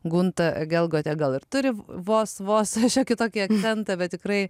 gunta gelgotė gal ir turi vos vos kitokį akcentą bet tikrai